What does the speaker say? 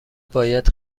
باید